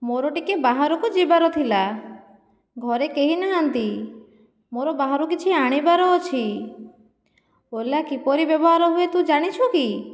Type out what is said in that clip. ମୋର ଟିକିଏ ବାହାରକୁ ଯିବାର ଥିଲା ଘରେ କେହି ନାହାନ୍ତି ମୋର ବାହାରୁ କିଛି ଆଣିବାର ଅଛି ଓଲା କିପରି ବ୍ୟବହାର ହୁଏ ତୁ ଜାଣିଛୁ କି